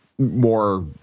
more